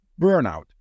burnout